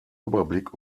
überblick